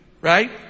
right